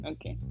Okay